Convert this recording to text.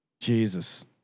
Jesus